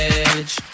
edge